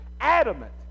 adamant